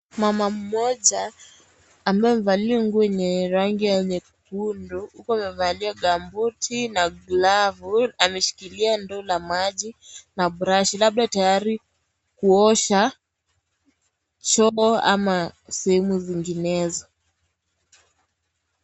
Mama mmoja, amevalia nguo yenye rangi ya nyekundu, huku amevalia gumbuti na glavu, ameshikilia ndoo la maji na brashi. Labda tayari kuosha choo ama sehemu zinginezo.